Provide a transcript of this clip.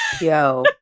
Yo